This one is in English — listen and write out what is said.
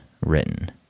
written